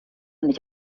nicht